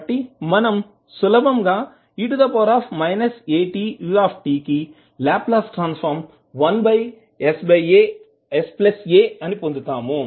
కాబట్టి మనం సులభంగా e atut కి లాప్లాస్ ట్రాన్సఫర్మ్ 1sa అని పొందుతాము